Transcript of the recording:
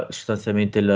sostanzialmente